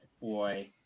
Boy